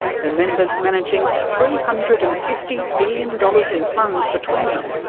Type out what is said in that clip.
her members managing three hundred and fifty billion dollars in funds between them.